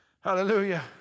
Hallelujah